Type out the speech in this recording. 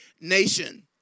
nation